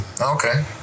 Okay